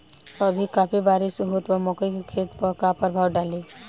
अभी काफी बरिस होत बा मकई के खेत पर का प्रभाव डालि?